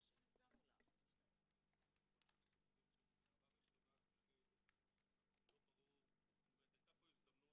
שירותי תשלום למשלם את המידע הנדרש לעניין; לא ניתן להשיב למשלם את